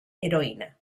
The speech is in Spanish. heroína